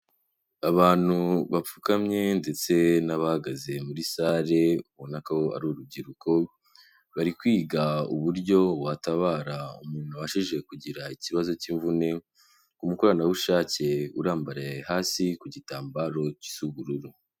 Abantu bapfukamye ndetse n'abahagaze muri salle, ubona ko ari urubyiruko, bari kwiga uburyo watabara umuntu wabashije kugira ikibazo cy'imvune, umukoranabushake urambaraye hasi ku gitambaro gisa ubururu.